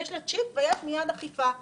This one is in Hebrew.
יש תוכניות מיוחדות מול הערים והרשויות של החוף?